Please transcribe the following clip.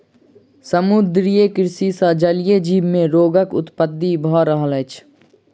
समुद्रीय कृषि सॅ जलीय जीव मे रोगक उत्पत्ति भ रहल अछि